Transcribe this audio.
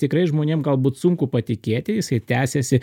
tikrai žmonėm galbūt sunku patikėti jisai tęsiasi